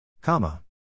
Comma